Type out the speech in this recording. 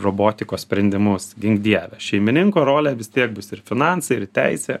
robotikos sprendimus gink dieve šeimininko rolė vis tiek bus ir finansai ir teisė